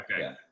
okay